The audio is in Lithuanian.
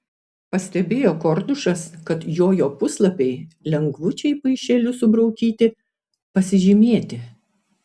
pastebėjo kordušas kad jojo puslapiai lengvučiai paišeliu subraukyti pasižymėti